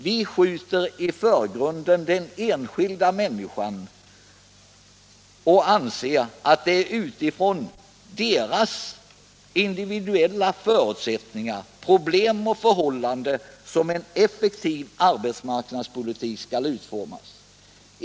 Vi skjuter fram de enskilda människorna i förgrunden, och vi anser att det är utifrån deras individuella förutsättningar, problem och förhållanden som en effektiv arbetsmarknadspolitik skall utformas.